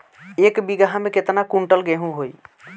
एक बीगहा में केतना कुंटल गेहूं होई?